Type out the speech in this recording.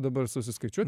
dabar susiskaičiuot